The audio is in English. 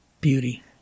beauty